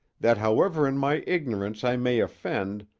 that however in my ignorance i may offend,